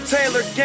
Taylor